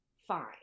fine